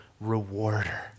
Rewarder